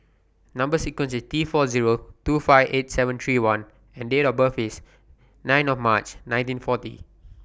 Number sequence IS T four Zero two five eight seven three one and Date of birth IS nine of March nineteen forty